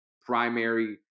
primary